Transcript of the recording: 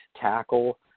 tackle